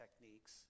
techniques